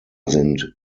sind